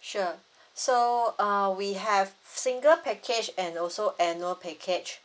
sure so uh we have single package and also annual package